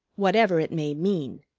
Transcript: whatever it may mean.